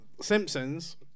Simpsons